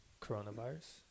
coronavirus